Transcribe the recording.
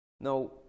now